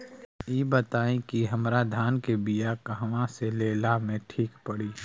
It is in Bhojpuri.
इ बताईं की हमरा धान के बिया कहवा से लेला मे ठीक पड़ी?